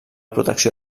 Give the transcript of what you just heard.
protecció